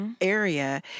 area